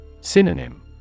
Synonym